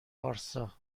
وارسا